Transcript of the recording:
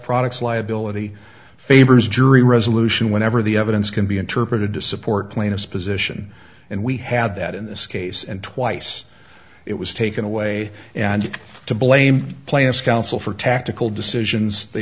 products liability favors jury resolution whenever the evidence can be interpreted to support plaintiff's position and we had that in this case and twice it was taken away and to blame plaintiffs counsel for tactical decisions they